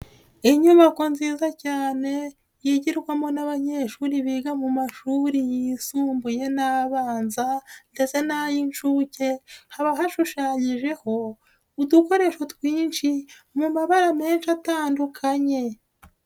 Inyubako nziza cyane yigirwamo n'abanyeshuri biga mu mashuri yisumbuye n'abanza ndetse n'ay'inshuke haba hashushanyijeho udukoresho twinshi mu mabara menshi atandukanye.